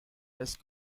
best